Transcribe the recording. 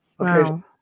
Okay